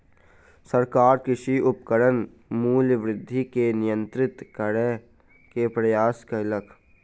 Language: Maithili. सरकार कृषि उपकरणक मूल्य वृद्धि के नियंत्रित करै के प्रयास कयलक